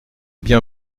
bien